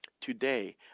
Today